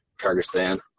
Kyrgyzstan